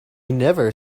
never